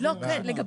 לגבי הקשישות.